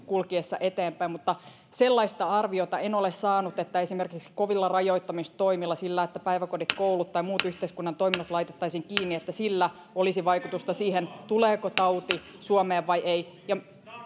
kulkiessa eteenpäin mutta sellaista arviota en ole saanut että esimerkiksi kovilla rajoittamistoimilla sillä että päiväkodit koulut tai muut yhteiskunnan toiminnot laitettaisiin kiinni olisi vaikutusta siihen tuleeko tauti suomeen vai ei ja